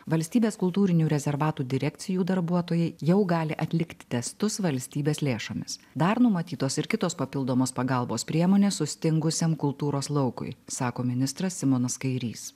valstybės kultūrinių rezervatų direkcijų darbuotojai jau gali atlikti testus valstybės lėšomis dar numatytos ir kitos papildomos pagalbos priemonės sustingusiam kultūros laukui sako ministras simonas kairys